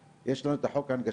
יש לנו את החוק הנגשה,